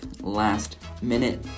last-minute